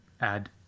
add